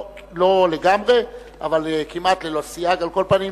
לא לגמרי, אבל כמעט ללא סייג, על כל פנים,